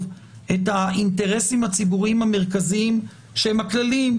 את האינטרסים הציבוריים המרכזיים הכלליים,